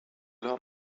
learn